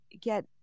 get